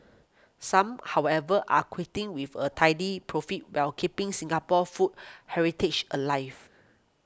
some however are quitting with a tidy profit while keeping Singapore's food heritage alive